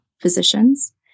physicians